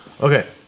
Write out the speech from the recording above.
Okay